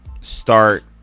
start